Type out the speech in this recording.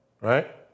Right